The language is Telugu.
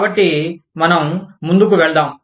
కాబట్టి మనం ముందుకు వెళ్దాం